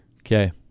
Okay